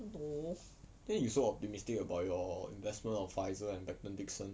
then you so optimistic about your investment advisor at Becton Dickinson